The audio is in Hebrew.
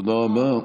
תודה רבה.